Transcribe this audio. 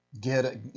get